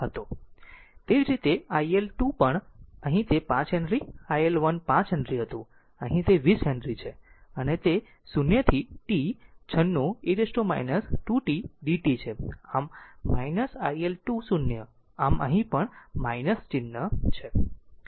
એ જ રીતે iL 2 પણ અહીં તે 5 હેનરી L 1 5 હેનરી હતું અહીં તે 20 હેનરી છે અને તે 0 થી t 96 e t 2 t dt છે આમ iL2 0 આમ અહીં પણ ચિહ્ન છે